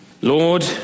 Lord